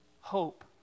Hope